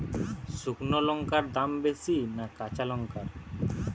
শুক্নো লঙ্কার দাম বেশি না কাঁচা লঙ্কার?